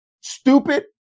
Stupid